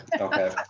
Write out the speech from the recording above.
Okay